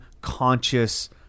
conscious